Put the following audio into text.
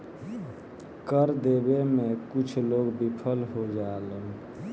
कर देबे में कुछ लोग विफल हो जालन